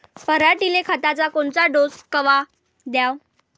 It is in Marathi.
पऱ्हाटीले खताचा कोनचा डोस कवा द्याव?